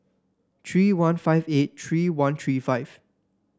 three one five eight three one three five